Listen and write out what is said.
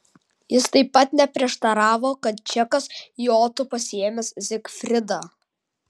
jis taip pat neprieštaravo kad čekas jotų pasiėmęs zigfridą